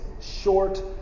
short